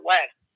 West